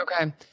Okay